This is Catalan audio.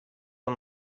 amb